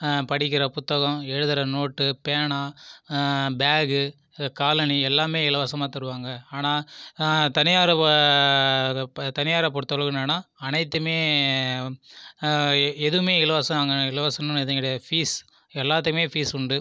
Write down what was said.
படிக்கிற புத்தகம் எழுதுற நோட்டு பேனா பேக்கு காலணி எல்லாமே இலவசமாக தருவாங்க ஆனால் தனியார் தனியாரை பொருத்த அளவு என்னென்ன அனைத்துமே எதுவுமே இலவச அங்கே இலவசம்ன்னு எதுவும் கிடையாது ஃபீஸ் எல்லாத்துக்குமே ஃ பீஸ் உண்டு